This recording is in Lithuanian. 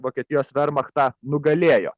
vokietijos vermachtą nugalėjo